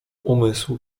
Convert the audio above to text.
umysł